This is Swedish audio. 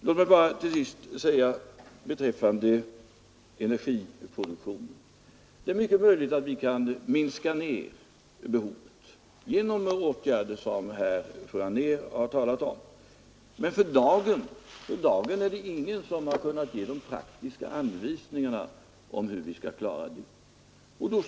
Låt mig bara till sist beträffande energiproduktionen säga, att det är mycket möjligt att vi kan minska behovet genom sådana åtgärder som fru Anér har talat om. Men för dagen är det ingen som har kunnat ge de praktiska anvisningarna om hur vi skall kunna klara detta.